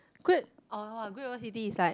Great orh Great-World-City is like